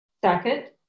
Second